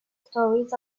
stories